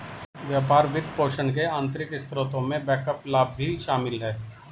व्यापार वित्तपोषण के आंतरिक स्रोतों में बैकअप लाभ भी शामिल हैं